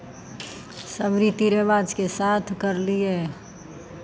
सभ रीति रिवाजके साथ करलियै